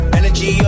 Energy